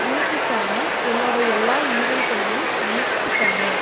இன்னைக்கான என்னோடய எல்லா ஈவெண்ட்டையும் லிஸ்ட் பண்ணு